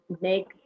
make